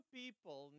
people